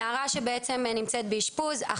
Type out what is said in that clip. נערה שנמצאת באישפוז,